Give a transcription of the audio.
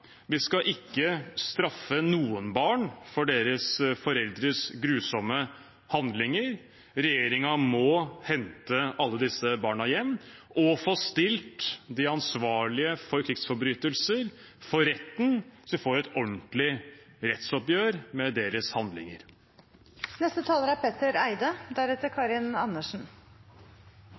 Vi skal ikke straffe noen barn for deres foreldres grusomme handlinger. Regjeringen må hente alle disse barna hjem og få stilt de ansvarlige for krigsforbrytelser for retten, så vi får et ordentlig rettsoppgjør med deres handlinger.